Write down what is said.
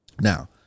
Now